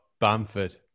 Bamford